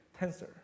tensor